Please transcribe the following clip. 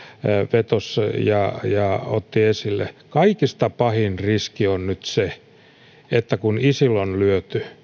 vetosi ja minkä otti esille kaikista pahin riski on nyt se kun isil on lyöty